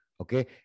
Okay